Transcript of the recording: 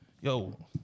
yo